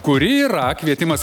kuri yra kvietimas